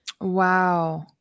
Wow